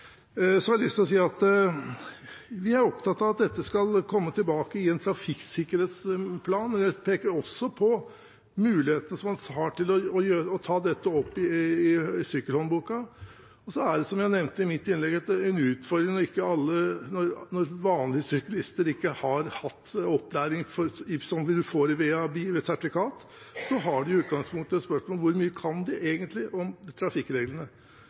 Så har jeg lyst til å si at vi er opptatt av at man skal komme tilbake til dette i en trafikksikkerhetsplan. Vi peker også på muligheten man har til å ta dette opp i Sykkelhåndboka. Så er det – som jeg nevnte i mitt innlegg – en utfordring når vanlige syklister ikke har hatt den opplæringen som man får via bilsertifikatet. Det er i utgangspunktet et spørsmål om hvor mye de egentlig kan om trafikkreglene.